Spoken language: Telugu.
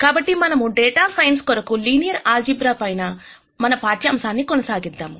కాబట్టి మనము డేటా సైన్స్ కొరకు లీనియర్ ఆల్జీబ్రా పై మన పాఠ్యాంశాన్ని కొనసాగిద్దాం